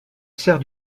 sert